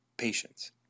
Patience